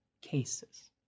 cases